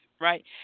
right